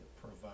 provide